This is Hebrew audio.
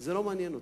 זה לא מעניין אותי.